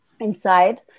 inside